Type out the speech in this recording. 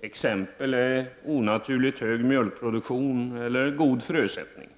Exempel är onaturligt hög mjölkproduktion eller god frösättning.